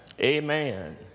Amen